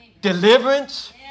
deliverance